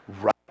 right